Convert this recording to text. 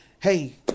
Hey